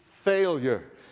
failure